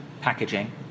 packaging